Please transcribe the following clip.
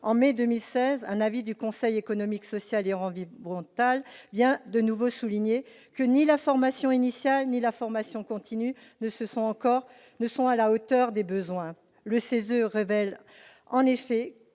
en mai 2016, un avis du Conseil économique, social et environnemental, le CESE, soulignait que ni la formation initiale ni la formation continue ne sont encore à la hauteur des besoins. Le CESE relève en effet